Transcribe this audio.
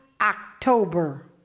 October